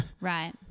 Right